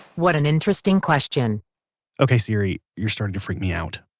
what an interesting question ok siri, you're starting to freak me out